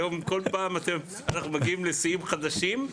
היום כל פעם אנחנו מגיעים לשיאים חדשים.